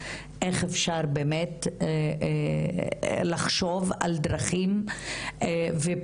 כדי לדון איך אפשר לחשוב על דרכים ופיתוח